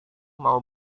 mau